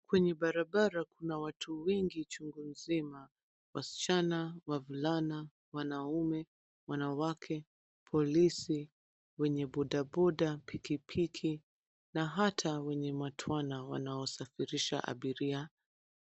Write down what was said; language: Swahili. Kwenye barabara kuna watu wengi chungunzima, wavulana, wasichana, wanaume, wanawake, polisi, wenye bodaboda, pikipiki na hata wenye matwana wanaosafirisha abiria.